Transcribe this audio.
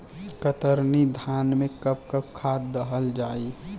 कतरनी धान में कब कब खाद दहल जाई?